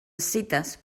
escites